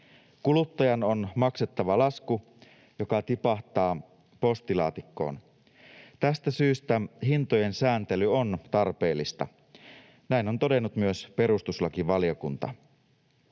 Kuluttajan on maksettava lasku, joka tipahtaa postilaatikkoon. Tästä syystä hintojen sääntely on tarpeellista. Näin on todennut myös perustuslakivaliokunta.